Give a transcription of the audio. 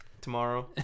tomorrow